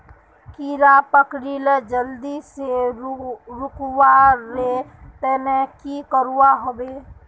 कीड़ा पकरिले जल्दी से रुकवा र तने की करवा होबे?